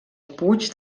puig